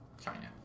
China